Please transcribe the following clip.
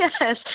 Yes